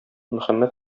мөхәммәд